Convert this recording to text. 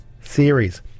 series